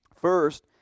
First